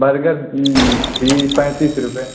burger भी पैंतीस रुपये